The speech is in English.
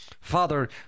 Father